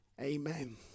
Amen